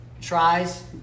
tries